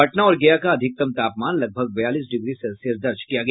पटना और गया का अधिकतम तापमान लगभग बयालीस डिग्री सेल्सियस दर्ज किया गया